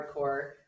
hardcore